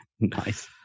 Nice